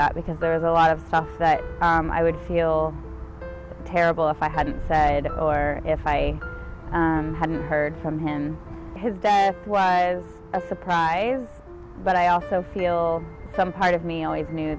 that because there is a lot of stuff that i would feel terrible if i hadn't said that or if i hadn't heard from him his death was a surprise but i also feel some part of me always knew